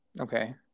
Okay